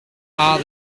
are